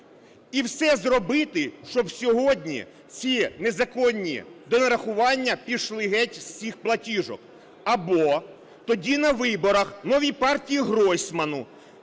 І все зробити, щоб сьогодні ці незаконні донарахування пішли геть з цих платіжок, або тоді на виборах новій партії Гройсмана